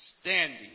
standing